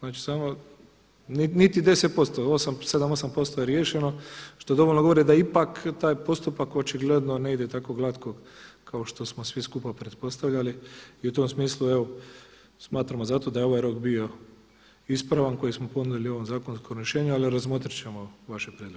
Niti 10%, 7, 8% je riješeno što dovoljno govori da ipak taj postupak očigledno ne ide tako glatko kao što smo svi skupa pretpostavljali i u tom smislu smatramo da je ovaj rok bio ispravan koji smo ponudili u ovom zakonskom rješenju ali razmotrit ćemo vaše prijedloge.